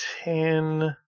ten